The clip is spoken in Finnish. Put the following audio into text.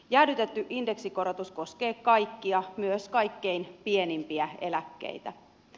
jäädytetty indeksikorotus koskee kaikkia myös kaikkein pienimpiä eläkkeitä